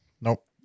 Nope